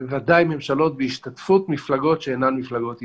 בוודאי ממשלות בהשתתפות מפלגות שאינן מפלגות ימין.